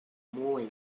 mwy